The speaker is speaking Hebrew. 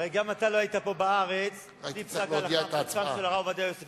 הרי גם אתה לא היית פה בארץ בלי פסק ההלכה של הרב עובדיה יוסף.